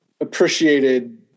appreciated